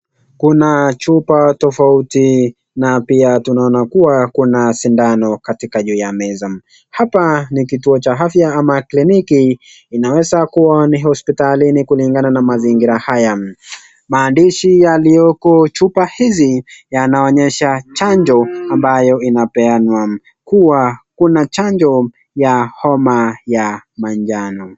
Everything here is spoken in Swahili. Kuna chupa tofauti na pia tunaona kuwa kuna sindano katika juu ya meza. Hapa ni kituo cha afya ama kliniki. Inaweza kuwa ni hospitalini kulingana na mazingira haya. Maandishi yalioko chupa hizi yanaonyesha chanjo ambayo inapeanwa, kuwa kuna chanjo ya homa ya manjano.